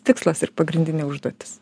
tikslas ir pagrindinė užduotis